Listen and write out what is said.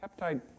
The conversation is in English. peptide